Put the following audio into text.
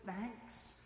thanks